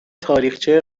تاریخچه